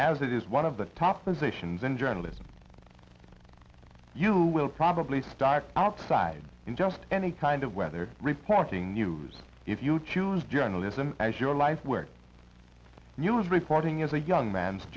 as it is one of the top positions in journalism you will probably start outside in just any kind of weather reporting news if you choose journalism as your life where news reporting is a young man's